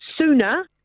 sooner